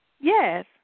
Yes